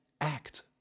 act